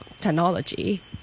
technology